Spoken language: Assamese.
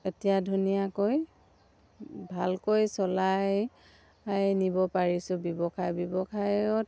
এতিয়া ধুনীয়াকৈ ভালকৈ চলাই নিব পাৰিছোঁ ব্যৱসায় ব্যৱসায়ত